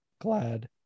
glad